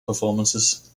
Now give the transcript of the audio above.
performances